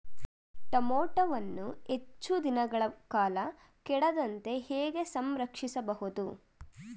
ಟೋಮ್ಯಾಟೋವನ್ನು ಹೆಚ್ಚು ದಿನಗಳ ಕಾಲ ಕೆಡದಂತೆ ಹೇಗೆ ಸಂರಕ್ಷಿಸಬಹುದು?